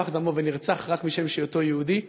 שנשפך דמו ונרצח רק משום היותו יהודי.